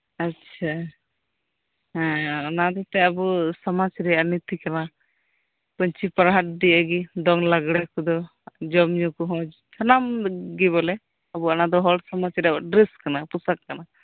ᱟᱪ ᱪᱷᱟ ᱦᱮᱸ ᱚᱱᱟ ᱦᱚᱛᱮᱛᱮ ᱟᱵᱚ ᱥᱚᱱᱟᱡᱽ ᱨᱮᱭᱟᱜ ᱱᱤᱛᱤ ᱠᱟᱱᱟ ᱯᱟᱧᱪᱤ ᱯᱟᱨᱦᱟᱸᱲ ᱫᱤᱭᱮ ᱜᱮ ᱫᱚᱝ ᱞᱟᱜᱽᱲᱮ ᱠᱚᱫᱚ ᱡᱚᱢ ᱧᱩ ᱠᱚᱦᱚᱸ ᱥᱟᱱᱟᱢ ᱜᱮ ᱵᱚᱞᱮ ᱟᱵᱚ ᱚᱱᱟ ᱫᱚ ᱦᱚᱲ ᱥᱚᱢᱟᱡᱽ ᱨᱮ ᱰᱮᱨᱥ ᱠᱟᱱᱟ ᱯᱳᱥᱟᱠ ᱠᱟᱱᱟ